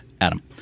Adam